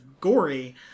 gory